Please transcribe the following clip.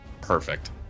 perfect